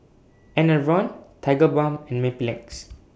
Enervon Tigerbalm and Mepilex